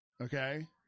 Okay